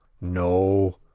No